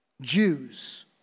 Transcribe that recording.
Jews